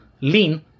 lean